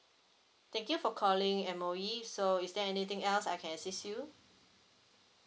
thank you for calling M_O_E so is there anything else I can assist you